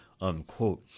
unquote